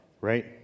right